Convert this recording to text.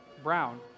brown